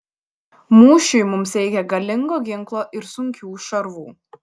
mūšiui mums reikia galingo ginklo ir sunkių šarvų